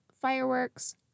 fireworks